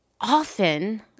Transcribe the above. often